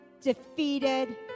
defeated